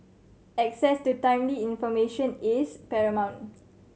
access to timely information is paramount